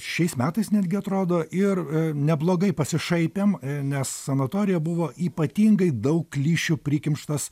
šiais metais netgi atrodo ir neblogai pasišaipėm nes sanatorija buvo ypatingai daug klišių prikimštas